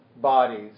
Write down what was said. bodies